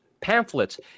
pamphlets